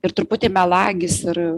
ir truputį melagis ir